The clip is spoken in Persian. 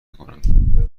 کنم